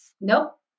Nope